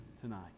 tonight